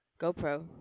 GoPro